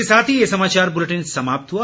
इसके साथ ये समाचार बुलेटिन समाप्त हुआ